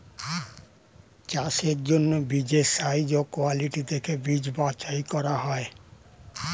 চাষের জন্য বীজের সাইজ ও কোয়ালিটি দেখে বীজ বাছাই করা হয়